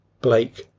Blake